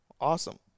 Awesome